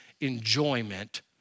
enjoyment